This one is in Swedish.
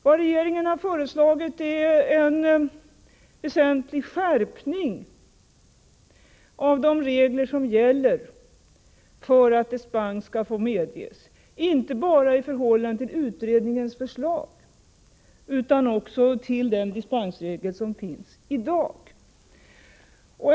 Vad regeringen föreslagit är en väsentlig skärpning av de regler som gäller för att dispens skall få medges, inte bara i förhållande till utredningens förslag utan också i förhållande till den dispensregel som finns i dag.